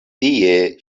tie